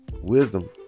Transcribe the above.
wisdom